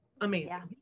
amazing